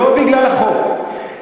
לא בגלל החוק.